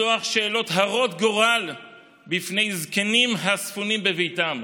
לשטוח שאלות הרות גורל בפני זקנים הספונים בביתם.